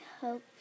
hope